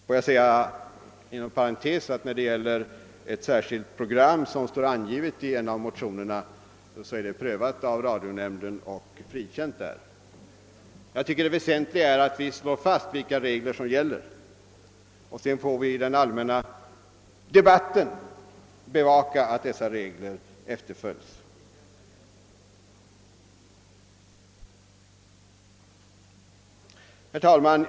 Får jag inom parentes tillägga att det särskilda program som nämns i en av motionerna är prövat och frikänt av radionämnden. — Det väsentliga är att slå fast att dessa regler föreligger, och sedan får vi i den allmänna debatten bevaka att de följs. Herr talman!